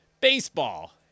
baseball